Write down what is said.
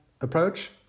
approach